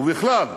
ובכלל,